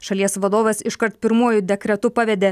šalies vadovas iškart pirmuoju dekretu pavedė